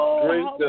great